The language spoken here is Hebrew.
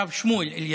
הרב שמואל אליהו.